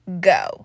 go